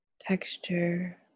texture